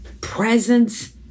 presence